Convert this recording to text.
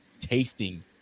tasting